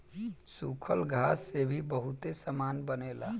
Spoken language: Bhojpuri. सूखल घास से भी बहुते सामान बनेला